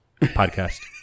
podcast